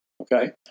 Okay